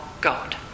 God